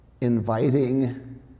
inviting